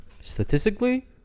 statistically